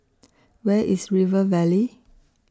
Where IS River Valley